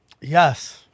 Yes